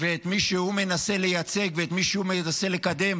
ואת מי שהוא מנסה לייצג ואת מי שהוא מנסה לקדם,